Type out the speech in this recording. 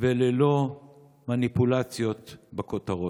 וללא מניפולציות בכותרות.